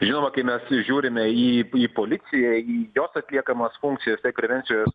žinoma kai mes žiūrime į į policiją į jos atliekamas funkcijas tai prevencijos